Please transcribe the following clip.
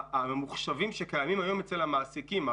הממוחשבים שקיימים כיום אצל המעסיקים.